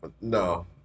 No